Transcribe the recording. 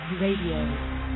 Radio